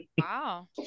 Wow